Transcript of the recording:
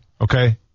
Okay